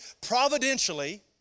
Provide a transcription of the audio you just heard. providentially